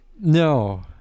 no